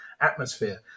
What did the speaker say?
atmosphere